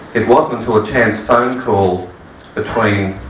it wasn't until a chance phone call between